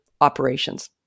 operations